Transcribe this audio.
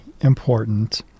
important